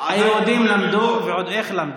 היהודים למדו ועוד איך.